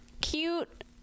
cute